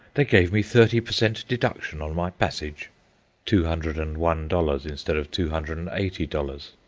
they gave me thirty per cent. deduction on my passage two hundred and one dollars instead of two hundred and eighty dollars.